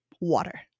Water